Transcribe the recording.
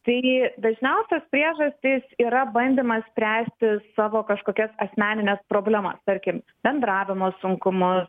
taigi dažniausios priežastys yra bandymas spręsti savo kažkokias asmenines problemas tarkim bendravimo sunkumus